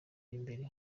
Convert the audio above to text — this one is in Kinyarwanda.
imbere